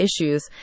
issues